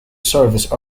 service